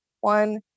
one